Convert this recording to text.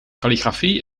kalligrafie